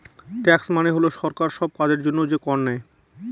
tax মানে হল সরকার সব কাজের জন্য যে কর নেয়